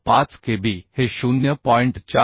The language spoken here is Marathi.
5Kb हे 0